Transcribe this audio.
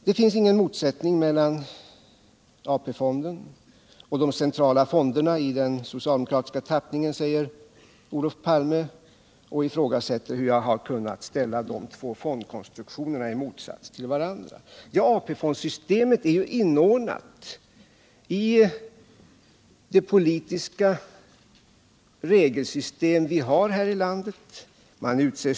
Det finns ingen motsättning mellan AP-fonden och de centrala fonderna i den socialdemokratiska tappningen, säger Olof Palme och undrar hur jag kunnat ställa de två fondkonstruktionerna mot varandra. Men AP-fondssystemet är ju inordnat i det politiska regelsystem vi har här i landet.